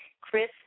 chris